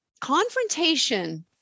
confrontation